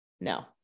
No